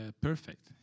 perfect